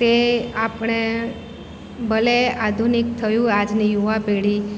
તે આપણે ભલે આધુનિક થયું આજની યુવા પેઢી